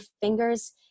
fingers